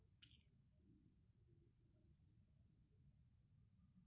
भारत में reserve bank सभी छोटे बैंक को डील करता है